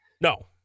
No